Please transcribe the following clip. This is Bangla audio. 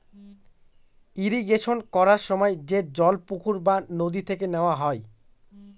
ইরিগেশন করার সময় যে জল পুকুর বা নদী থেকে নেওয়া হয়